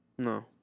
No